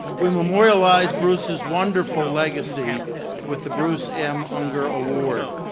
we memorialize bruce's wonderful legacy with the bruce m. unger award.